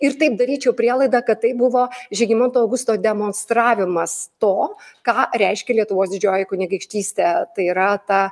ir taip daryčiau prielaidą kad tai buvo žygimanto augusto demonstravimas to ką reiškia lietuvos didžioji kunigaikštystė tai yra ta